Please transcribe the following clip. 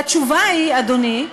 והתשובה היא, אדוני,